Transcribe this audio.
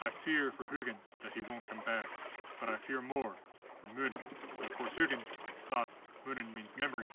i fear for huginn that he won't come back but i fear more for muninn. and of course huginn means thought muninn but and means memory.